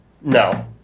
No